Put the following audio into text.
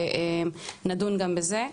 ואנחנו נדון גם בזה,